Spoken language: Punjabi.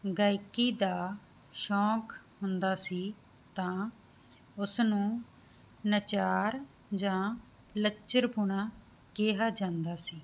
ਗਾਇਕੀ ਦਾ ਸ਼ੌਂਕ ਹੁੰਦਾ ਸੀ ਤਾਂ ਉਸ ਨੂੰ ਨਚਾਰ ਜਾਂ ਲੱਚਰਪੁਣਾ ਕਿਹਾ ਜਾਂਦਾ ਸੀ